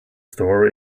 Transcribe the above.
store